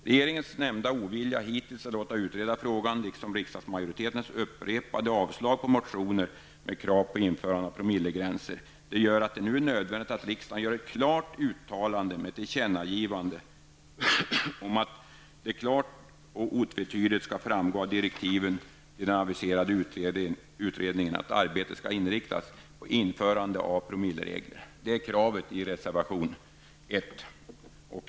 Regeringens nämnda ovilja hittills att låta utreda frågan liksom riksdagsmajoritetens upprepade avslag på motioner med krav på införande av promillegränser gör att det nu är nödvändigt att riksdagen gör ett klart uttalande med tillkännagivande om att det klart och otvetydigt skall framgå av direktiven till den aviserade utredningen att arbetet skall inriktas på införande av promilleregler. Det är kravet i reservation 1.